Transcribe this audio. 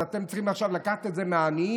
אז אתם צריכים עכשיו לקחת את זה מהעניים,